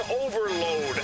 overload